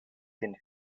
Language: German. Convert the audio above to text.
den